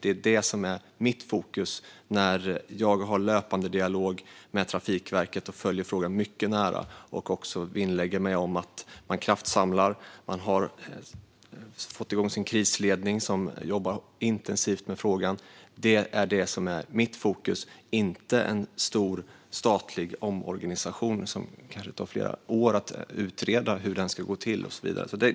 Det är det som är mitt fokus när jag har en löpande dialog med Trafikverket. Jag följer frågan mycket nära och vinnlägger mig om att man kraftsamlar. Man har fått igång sin krisledning, som jobbar intensivt med frågan. Detta är mitt fokus, inte en stor statlig omorganisation som det kanske skulle ta flera år att utreda hur den ska gå till och så vidare.